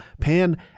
pan